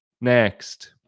Next